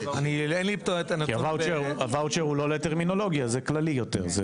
כי הוואוצ'ר הוא לא לטרמינולוגיה, זה כללי יותר.